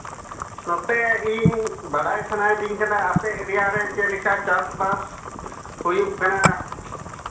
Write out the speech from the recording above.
ᱱᱚᱛᱮ ᱤᱧ ᱵᱟᱲᱟᱭ ᱥᱟᱱᱟᱭᱮᱫᱤᱧ ᱠᱟᱱᱟ ᱟᱯᱮ ᱮᱨᱤᱭᱟ ᱨᱮ ᱪᱮᱫ ᱞᱮᱠᱟ ᱪᱟᱥᱵᱟᱥ ᱦᱩᱭᱩᱜ ᱠᱟᱱᱟ